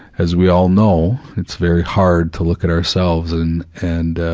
as we all know, it's very hard to look at ourselves and and